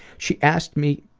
she asked me